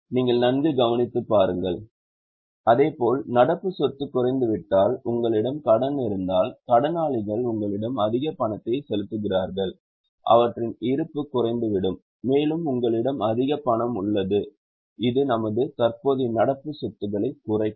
நீங்கள் நன்கு கவனித்து பாருங்கள் அதேபோல் நடப்பு சொத்து குறைந்துவிட்டால் உங்களிடம் கடன் இருந்தால் கடனாளிகள் உங்களிடம் அதிக பணத்தை செலுத்துகிறார்கள் அவற்றின் இருப்பு குறைந்துவிடும் மேலும் உங்களிடம் அதிக பணம் உள்ளது இது நமது தற்போதைய நடப்பு சொத்துக்களை குறைக்கும்